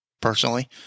personally